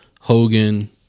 Hogan